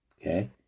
Okay